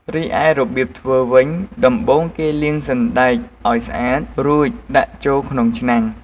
រីឯរបៀបធ្វើវិញ ដំបូងគេលាងសណ្តែកឱ្យស្អាត រួចដាក់ចូលក្នុងឆ្នាំង។